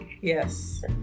Yes